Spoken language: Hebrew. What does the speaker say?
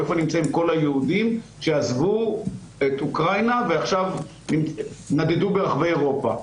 או איפה נמצאים כל היהודים שעזבו את אוקראינה ונדדו ברחבי אירופה.